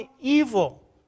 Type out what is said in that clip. evil